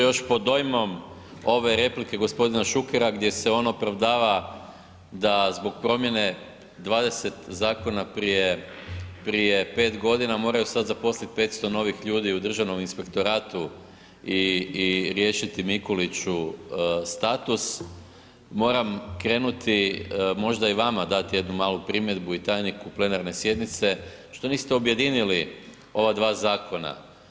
Još pod dojmom ove replike gospodina Šukera gdje se on opravdava, da zbog promjene 20 zakona prije, prije 5 godina moraju sad zaposlit 500 novih ljudi u Državnom inspektoratu i riješiti Mikuliću status, moram krenuti možda i vama dat jednu malu primjedbu i tajniku plenarne sjednice što niste objedinili ova dva zakona.